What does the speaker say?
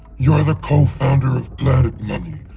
you're the co-founder of planet money.